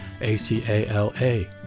A-C-A-L-A